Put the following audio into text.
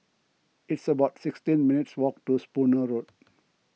it's about sixteen minutes' walk to Spooner Road